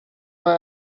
why